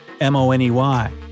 M-O-N-E-Y